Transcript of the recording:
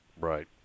Right